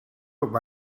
hangen